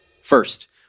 First